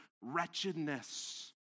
wretchedness